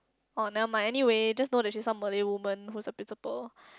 oh never mind anyway just know the she somebody women who was the principal